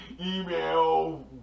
Email